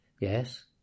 Yes